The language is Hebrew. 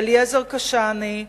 אליעזר קשאני,